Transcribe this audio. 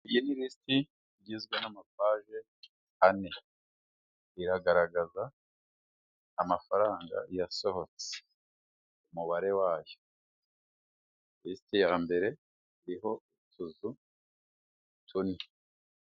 Iyi ni lisiti igizwe n'amapaje ane iragaragaza amafaranga yasohotse umubare wayo. Lisiti yambere iriho utuzu tune.